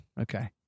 Okay